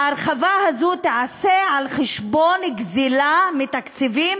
ההרחבה הזאת תיעשה על חשבון גזלה מתקציבים